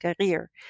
career